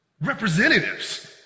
representatives